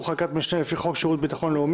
חקיקת משנה לפי חוק שירות לאומי-אזרחי,